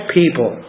people